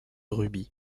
ruby